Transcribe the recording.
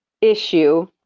issue